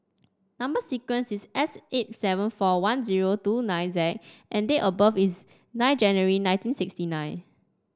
number sequence is S eight seven four one zero two nine Z and date of birth is nine January nineteen sixty nine